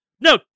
No